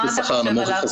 מה אתה חושב עליו?